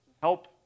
Help